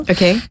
Okay